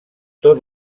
tot